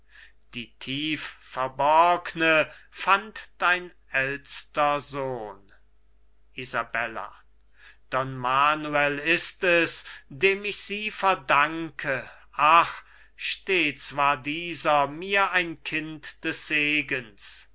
die tiefverborgne fand dein ältster sohn isabella don manuel ist es dem ich sie verdanke ach stets war dieser mir ein kind des segens